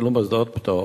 אבל מוסד פטור,